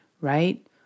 Right